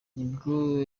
nibwo